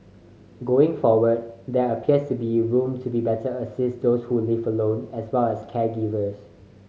going forward there appears to be room to better assist those who live alone as well as caregivers